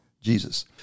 Jesus